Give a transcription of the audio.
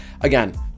again